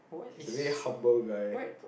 he's a very humble guy